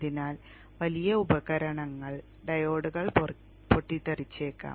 അതിനാൽ വലിയ ഉപകരണങ്ങൾ ഡയോഡുകൾ പൊട്ടിത്തെറിച്ചേക്കാം